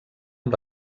amb